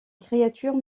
créature